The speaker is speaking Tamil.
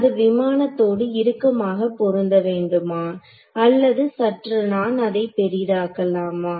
அது விமானத்தோடு இறுக்கமாக பொருந்த வேண்டுமா அல்லது சற்று நான் அதை பெரிதாக்கலாமா